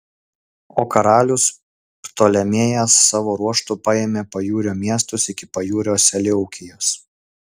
o karalius ptolemėjas savo ruožtu paėmė pajūrio miestus iki pajūrio seleukijos